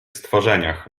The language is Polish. stworzeniach